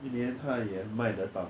一年他也卖得到